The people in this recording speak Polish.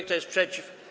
Kto jest przeciw?